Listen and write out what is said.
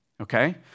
Okay